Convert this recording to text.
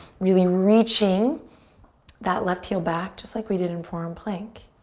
really reaching that left heel back. just like we did in forearm plank.